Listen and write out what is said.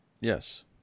Yes